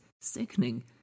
sickening